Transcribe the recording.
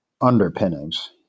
underpinnings